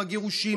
בגירושים,